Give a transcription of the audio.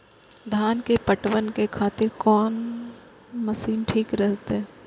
धान के पटवन के खातिर कोन मशीन ठीक रहते?